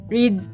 Read